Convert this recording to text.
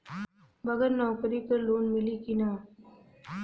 बगर नौकरी क लोन मिली कि ना?